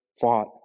fought